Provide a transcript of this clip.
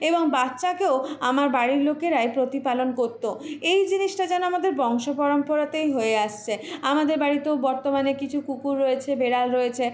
এবং বাচ্চাকেও আমার বাড়ির লোকেরাই প্রতিপালন করতো এই জিনিসটা যেন আমাদের বংশ পরম্পরাতেই হয়ে আসছে আমাদের বাড়িতেও বর্তমানে কিছু কুকুর রয়েছে বেড়াল রয়েছে